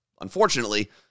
Unfortunately